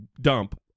dump